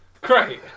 great